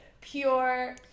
pure